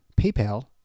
PayPal